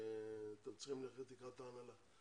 שאתם צריכים ללכת לקראת ההנהלה.